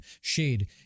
Shade